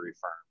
firm